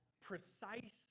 precise